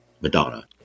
Madonna